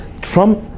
trump